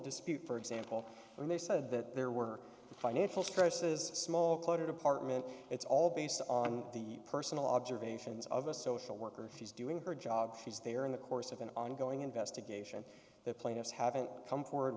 dispute for example when they said that there were financial crisis small cluttered apartment it's all based on the personal observations of a social worker she's doing her job she's they are in the course of an ongoing investigation that plaintiffs haven't come forward